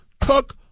took